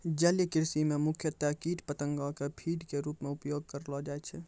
जलीय कृषि मॅ मुख्यतया कीट पतंगा कॅ फीड के रूप मॅ उपयोग करलो जाय छै